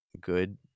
good